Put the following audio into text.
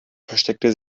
versteckte